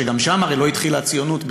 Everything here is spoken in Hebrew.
שגם שם הרי לא התחילה הציונות,